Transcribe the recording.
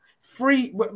free